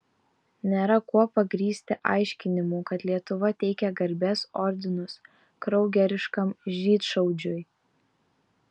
nėra kuo pagrįsti aiškinimų kad lietuva teikia garbės ordinus kraugeriškam žydšaudžiui